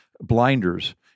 blinders